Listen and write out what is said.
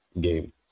game